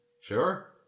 Sure